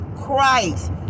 Christ